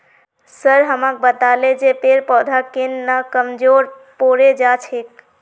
sir हमाक बताले जे पेड़ पौधा केन न कमजोर पोरे जा छेक